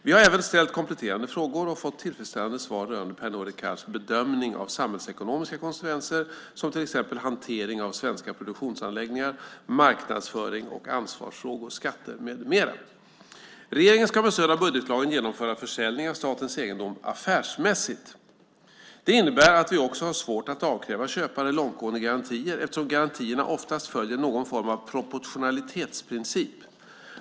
Vi har även ställt kompletterande frågor och fått tillfredsställande svar rörande Pernod Ricards bedömning av samhällsekonomiska konsekvenser som till exempel hantering av svenska produktionsanläggningar, marknadsföring och ansvarsfrågor, skatter med mera. Regeringen ska med stöd av budgetlagen genomföra försäljning av statens egendom affärsmässigt. Det innebär att vi också har svårt att avkräva köpare långtgående garantier eftersom garantierna oftast följer någon form av proportionalitetsprincip.